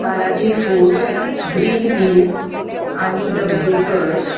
Balaji foods green peas आनी the bakers